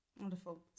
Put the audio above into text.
Wonderful